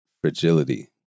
fragility